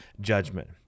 judgment